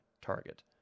target